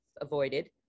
avoided